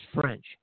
French